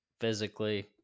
physically